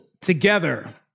together